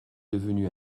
devenu